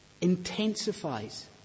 intensifies